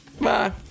Bye